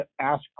ask